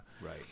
right